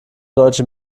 deutsche